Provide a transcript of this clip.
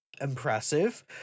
impressive